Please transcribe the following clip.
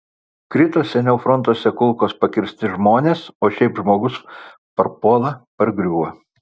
krito seniau frontuose kulkos pakirsti žmonės o šiaip žmogus parpuola pargriūva